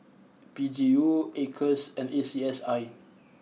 P G U Acres and A C S I